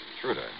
Truda